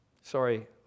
Sorry